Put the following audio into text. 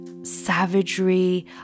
savagery